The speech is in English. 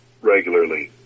regularly